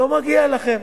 לא מגיע לכם.